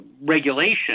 regulation